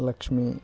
Lakshmi